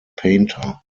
painter